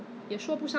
oh I see